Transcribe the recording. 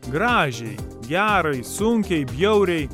gražiai gerai sunkiai bjauriai